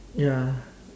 ya